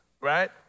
right